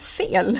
fel